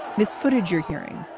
this footage you're hearing,